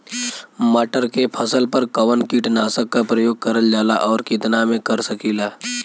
मटर के फसल पर कवन कीटनाशक क प्रयोग करल जाला और कितना में कर सकीला?